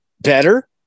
Better